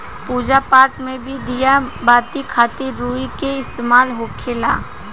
पूजा पाठ मे भी दिया बाती खातिर रुई के इस्तेमाल होखेला